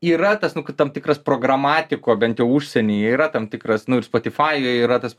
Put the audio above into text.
yra tas nu tam tikras programatiko bent jau užsienyje yra tam tikras nu ir spotifajuje yra tas